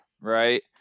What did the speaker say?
right